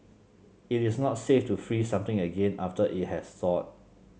it is not safe to freeze something again after it has thawed